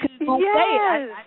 Yes